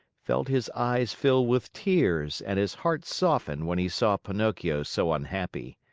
felt his eyes fill with tears and his heart soften when he saw pinocchio so unhappy.